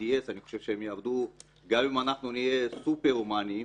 BDS אני חושב שהם יעבדו גם אם אנחנו נהיה סופר הומניים.